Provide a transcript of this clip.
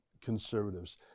conservatives